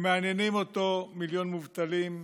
שמעניינים אותו מיליון המובטלים?